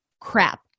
crap